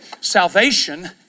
Salvation